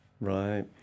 Right